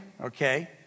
okay